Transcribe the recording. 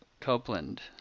Copeland